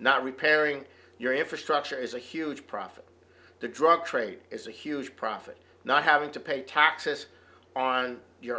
not repairing your infrastructure is a huge profit the drug trade is a huge profit not having to pay taxes on your